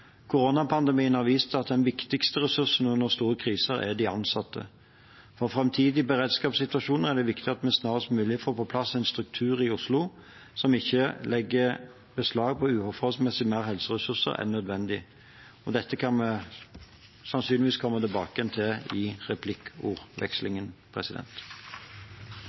Koronapandemien har vist at den viktigste ressursen under store kriser er de ansatte. For framtidig beredskapssituasjon er det viktig at vi snarest mulig får på plass en struktur i Oslo som ikke legger beslag på uforholdsmessig mer helseressurser enn nødvendig. Dette kan vi sannsynligvis komme tilbake til i